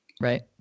Right